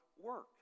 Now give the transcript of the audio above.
work